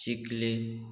चिकले